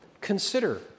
consider